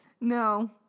No